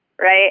right